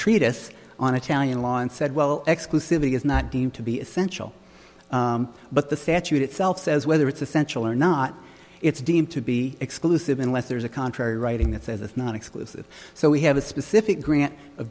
treatise on italian law and said well exclusivity is not deemed to be essential but the statute itself says whether it's essential or not it's deemed to be exclusive unless there's a contrary writing that says it's not exclusive so we have a specific grant